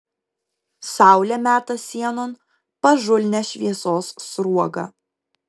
saulė meta sienon pažulnią šviesos sruogą